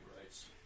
rights